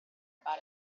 about